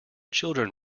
children